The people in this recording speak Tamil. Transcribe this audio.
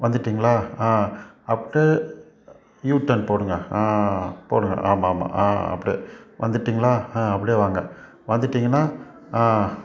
வந்துவிட்டிங்களா ஆ அப்படியே யூ டர்ன் போடுங்க ஆ போடுங்க ஆமாம் ஆமாம் ஆ அப்படியே வந்துவிட்டிங்களா ஆ அப்படியே வாங்க வந்துவிட்டிங்கன்னா ஆ